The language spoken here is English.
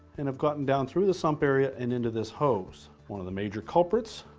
and have gotten down through the sump area and into this hose. one of the major culprits